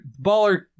baller